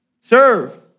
Serve